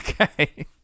Okay